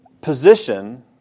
position